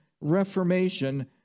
Reformation